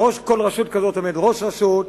בראש כל רשות כזאת עומד ראש רשות,